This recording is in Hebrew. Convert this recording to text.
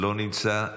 לא נמצא.